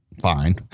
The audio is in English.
fine